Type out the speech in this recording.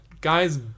guy's